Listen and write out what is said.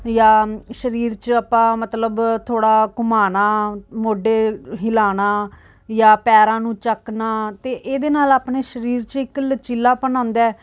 ਜਾਂ ਸਰੀਰ 'ਚ ਆਪਾਂ ਮਤਲਬ ਥੋੜ੍ਹਾ ਘੁਮਾਉਣਾ ਮੋਢੇ ਹਿਲਾਉਣਾ ਜਾਂ ਪੈਰਾਂ ਨੂੰ ਚੱਕਣਾ ਅਤੇ ਇਹਦੇ ਨਾਲ ਆਪਣੇ ਸਰੀਰ 'ਚ ਇੱਕ ਲਚਕੀਲਾਪਨ ਆਉਂਦਾ ਹੈ